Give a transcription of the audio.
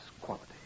quality